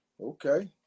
Okay